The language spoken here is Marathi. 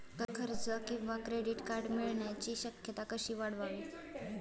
कर्ज किंवा क्रेडिट कार्ड मिळण्याची शक्यता कशी वाढवावी?